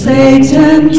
Satan